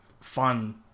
fun